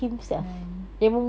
kan